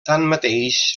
tanmateix